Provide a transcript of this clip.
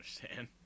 understand